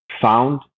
found